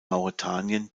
mauretanien